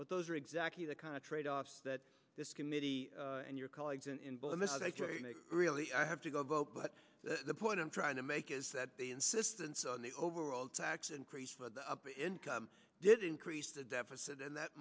but those are exactly the kind of tradeoffs that this committee and your colleagues in really i have to go vote but the point i'm trying to make is that the insistence on the overall tax increase for the upper income did increase the deficit and that